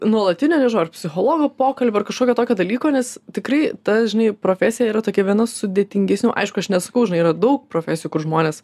nuolatinio nežinau ar psichologo pokalbio ar kažkokio tokio dalyko nes tikrai ta žinai profesija yra tokia viena sudėtingesnių aišku aš nesakau žinai yra daug profesijų kur žmonės